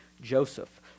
Joseph